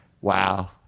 wow